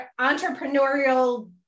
entrepreneurial